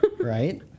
Right